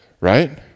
right